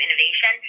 innovation